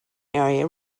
area